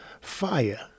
fire